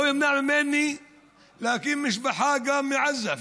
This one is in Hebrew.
לא ימנע ממני להקים משפחה אפילו מעזה,